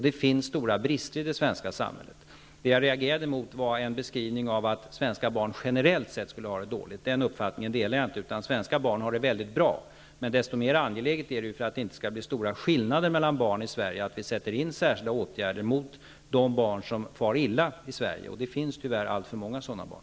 Det finns stora brister i det svenska samhället. Vad jag reagerade mot i Annika Åhnbergs anförande var en beskrivning av att svenska barn generellt sett skulle ha det dåligt. Den uppfattningen delar jag inte. Svenska barn har det väldigt bra, men för att det inte skall bli stora skillnader mellan barn i Sverige är det därför desto mer angeläget att vi sätter in särskilda åtgärder riktade mot de barn i Sverige som far illa. Det finns tyvärr alltför många sådana barn.